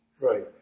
Right